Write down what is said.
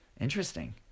Interesting